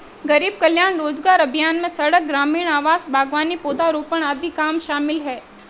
गरीब कल्याण रोजगार अभियान में सड़क, ग्रामीण आवास, बागवानी, पौधारोपण आदि काम शामिल है